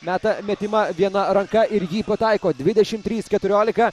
meta metimą viena ranka ir jį pataiko dvidešimt trys keturiolika